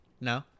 no